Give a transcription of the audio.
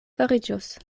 fariĝos